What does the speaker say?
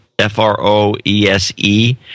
F-R-O-E-S-E